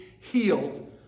healed